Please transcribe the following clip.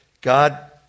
God